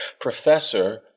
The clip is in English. professor